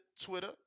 Twitter